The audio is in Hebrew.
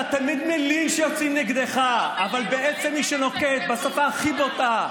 אתה תמיד מלין שיוצאים נגדך אבל בעצם מי שנוקט את השפה הכי בוטה,